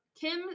kim